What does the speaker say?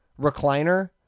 recliner